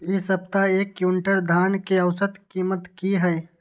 इ सप्ताह एक क्विंटल धान के औसत कीमत की हय?